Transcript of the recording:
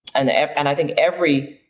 and and i think every.